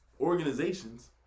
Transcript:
organizations